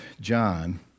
John